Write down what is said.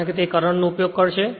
કારણ કે તે કરંટ નો ઉપયોગ કરશે